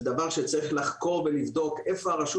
זה דבר שצריך לחקור ולבדוק איפה הרשות